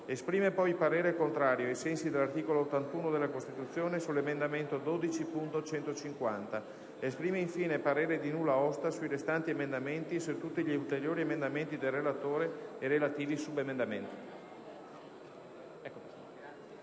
Esprime poi parere contrario, ai sensi dell'articolo 81 della Costituzione, sull'emendamento 12.150. Esprime, infine, parere di nulla osta, sui restanti emendamenti e su tutti gli ulteriori emendamenti del relatore e relativi subemendamenti».